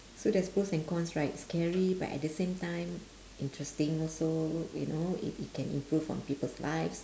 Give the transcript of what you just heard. so there's pros and cons right scary but at the same time interesting also you know it it can improve on people's life